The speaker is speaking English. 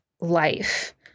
life